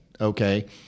Okay